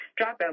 dropout